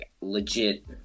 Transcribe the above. legit